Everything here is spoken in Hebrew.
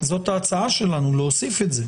זאת ההצעה שלנו, להוסיף את זה.